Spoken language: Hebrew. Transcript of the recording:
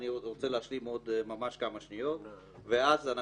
אני רוצה להשלים עוד כמה שניות: ואז,